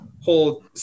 whole